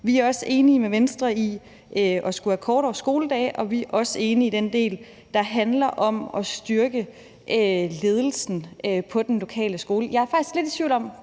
Vi er også enige med Venstre i forhold til at have kortere skoledage, og vi er også enige i den del, der handler om at styrke ledelsen på den lokale skole. Jeg er faktisk lidt i tvivl –